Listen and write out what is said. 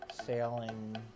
sailing